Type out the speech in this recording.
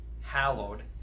hallowed